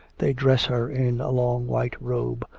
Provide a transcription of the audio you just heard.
they dress her in a long white robe,